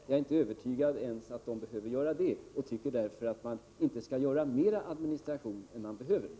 Jag är inte ens övertygad om att det behövs. Jag tycker därför att man inte skall skapa mer administration än nödvändigt.